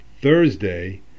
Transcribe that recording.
Thursday